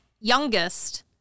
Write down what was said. youngest